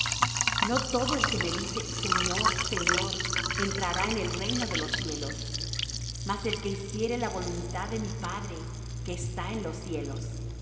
no todo el que me dice señor señor entrará en el reino de los cielos mas el que hiciere la voluntad de mi padre que está en los cielos